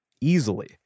easily